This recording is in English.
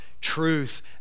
truth